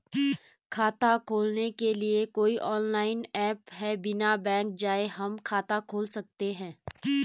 खाता खोलने के लिए कोई ऑनलाइन ऐप है बिना बैंक जाये हम खाता खोल सकते हैं?